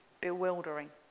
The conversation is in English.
bewildering